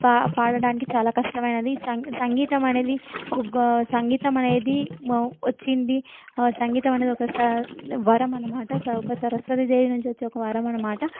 పా పాడడానికి చాలా కష్టమైనది సంగ సంగీతం అనేది ఒక సంగీతం అనేది వచ్చింది ఆ సంగీతం అనేది ఒక స వరం అనమాట ఒక సరస్వతి దేవి నుంచి వచ్చే ఒక వరం అనమాట